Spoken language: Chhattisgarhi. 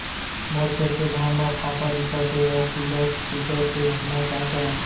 मोर खेत के धान मा फ़ांफां दिखत हे अऊ कीरा चुसत हे मैं का करंव?